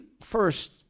first